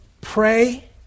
pray